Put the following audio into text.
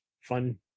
fun